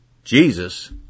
Jesus